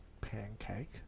pancake